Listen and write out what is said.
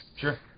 Sure